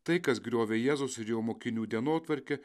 tai kas griovė jėzaus ir jo mokinių dienotvarkę